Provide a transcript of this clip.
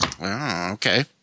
Okay